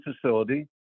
facility